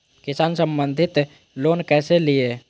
किसान संबंधित लोन कैसै लिये?